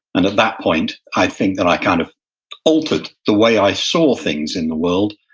and at that point, i think that i kind of altered the way i saw things in the world,